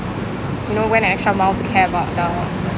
you know went the extra mile to care about the